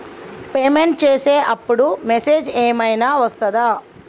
Payment చేసే అప్పుడు message ఏం ఐనా వస్తదా?